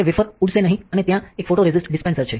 તે વેફર ઉડશે નહીં અને ત્યાં એક ફોટોરેસિસ્ટ ડિસ્પેન્સર છે